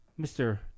Mr